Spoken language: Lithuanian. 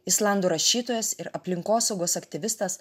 islandų rašytojas ir aplinkosaugos aktyvistas